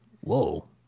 Whoa